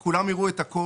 תעבירו את זה